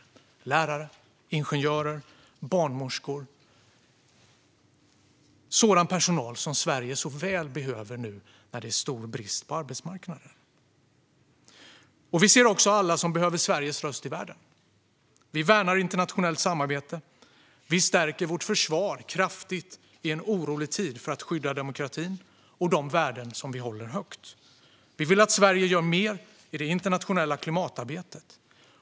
Detta gäller lärare, ingenjörer och barnmorskor - sådan personal som Sverige behöver så väl nu när det är en stor brist på arbetsmarknaden. Vi ser också alla som behöver Sveriges röst i världen. Vi värnar internationellt samarbete, och vi stärker vårt försvar kraftigt i en orolig tid för att skydda demokratin och de värden som vi håller högt. Vi vill att Sverige gör mer i det internationella klimatarbetet.